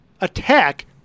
attack